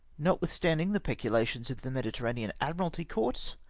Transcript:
notwithstanding the peculations of the mediterranean adrnkalty courts,